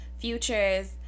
future's